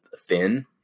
thin